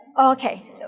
Okay